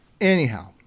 Anyhow